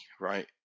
right